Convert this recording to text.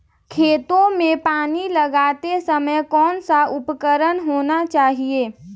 खेतों में पानी लगाते समय कौन सा उपकरण होना चाहिए?